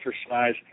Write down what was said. exercise